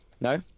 No